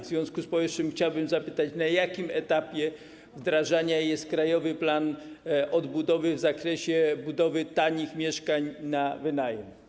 W związku z powyższym chciałbym zapytać, na jakim etapie wdrażania jest Krajowy Plan Odbudowy w zakresie budowy tanich mieszkań na wynajem.